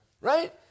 Right